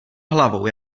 hlavou